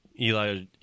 Eli